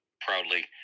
proudly